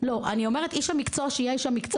איש המקצוע שיהיה איש המקצוע.